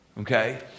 Okay